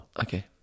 Okay